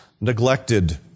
neglected